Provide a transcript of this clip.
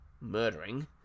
murdering